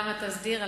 למה תסדיר?